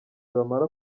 bamara